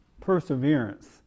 perseverance